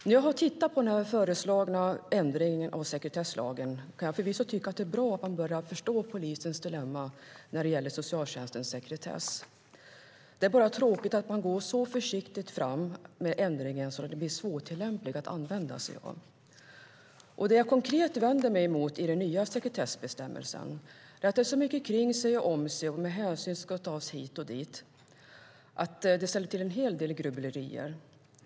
När jag tittar på den föreslagna ändringen av sekretesslagen kan jag förvisso tycka det är bra att man börjat förstå polisens dilemma med socialtjänstens sekretess. Det är bara tråkigt att man går så försiktigt fram med ändringen att den blir svårtillämplig. Det jag konkret vänder mig mot i den nya sekretessbestämmelsen är att man är så mycket om sig och kring sig med hänsyn som ska tas hit och dit att det ställer till en hel del grubblerier.